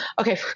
Okay